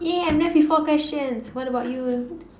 yeah I'm left with four questions what about you